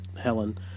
helen